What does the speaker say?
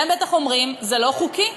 אתם בטח אומרים: זה לא חוקי.